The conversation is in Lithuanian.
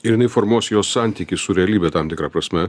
ir jinai formuos jos santykį su realybe tam tikra prasme